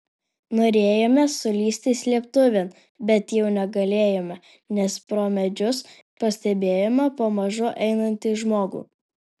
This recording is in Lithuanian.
norėjome sulįsti slėptuvėn bet jau negalėjome nes pro medžius pastebėjome pamažu einantį žmogų